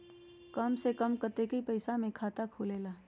कम से कम कतेइक पैसा में खाता खुलेला?